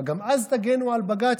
מה, גם אז תגנו על בג"ץ?